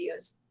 videos